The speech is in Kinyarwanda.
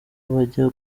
bajya